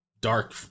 dark